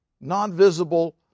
non-visible